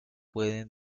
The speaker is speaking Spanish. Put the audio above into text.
pueden